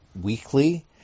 weekly